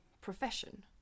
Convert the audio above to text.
profession